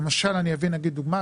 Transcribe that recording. אני אביא דוגמה,